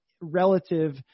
relative